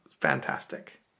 Fantastic